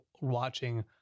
watching